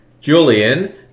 Julian